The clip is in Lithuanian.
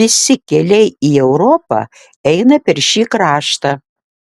visi keliai į europą eina per šį kraštą